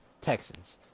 Texans